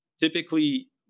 typically